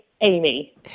Amy